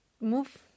move